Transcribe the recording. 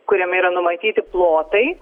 kuriame yra numatyti plotai